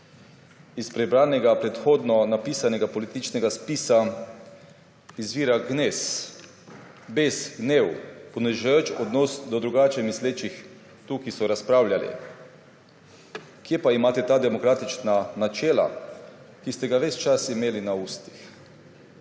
iz prebranega predhodno napisanega političnega spisa izvirabes, gnev, ponižujoč odnos do drugače mislečih, ki so tukaj razpravljali. Kje pa imate ta demokratična načela, ki ste jih ves čas imeli na ustih?